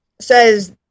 says